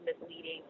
misleading